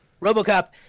Robocop